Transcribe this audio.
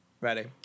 Ready